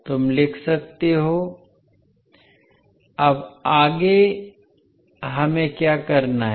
तुम लिख सकते हो अब आगे हमें क्या करना है